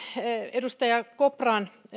edustaja kopran